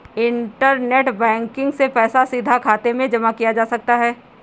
internet banking से पैसा सीधे खाते में जमा किया जा सकता है